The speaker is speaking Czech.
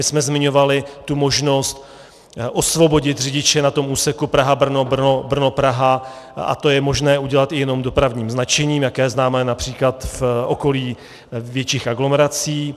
My jsme zmiňovali tu možnost osvobodit řidiče na tom úseku PrahaBrno, BrnoPraha a to je možné jenom dopravním značením, jaké známe například v okolí větších aglomerací.